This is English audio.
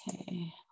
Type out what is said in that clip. Okay